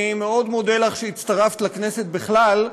אני מאוד מודה לך שהצטרפת לכנסת בכלל,